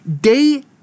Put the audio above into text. day